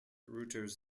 routers